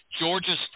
georgia's